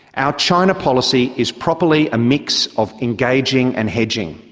our china policy is properly a mix of engaging and hedging.